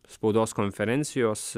spaudos konferencijos